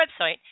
website